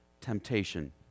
temptation